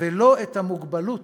ולא את המוגבלות,